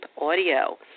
audio